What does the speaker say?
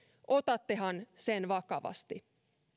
otattehan sen vakavasti